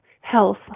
health